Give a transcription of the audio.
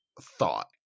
thought